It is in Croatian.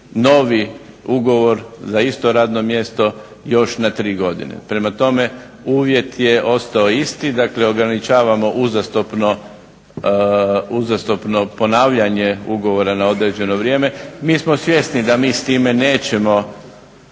novi ugovor za isto radno mjesto još na tri godine. Prema tome, uvjet je ostao isti. Dakle, ograničavamo uzastopno ponavljanje ugovora na određeno vrijeme. Mi smo svjesni da mi s time nećemo